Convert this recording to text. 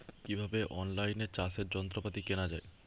কিভাবে অন লাইনে চাষের যন্ত্রপাতি কেনা য়ায়?